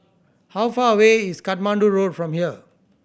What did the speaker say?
how far away is Katmandu Road from here